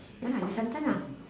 ya lah the sun ton nah